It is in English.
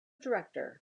director